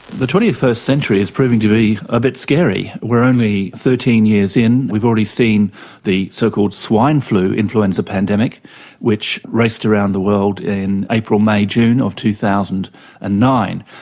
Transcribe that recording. the twenty first century is proving to be a bit scary. we are only thirteen thirteen years in, we've already seen the so-called swine flu influenza pandemic which raced around the world in april may june of two thousand and nine.